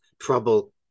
trouble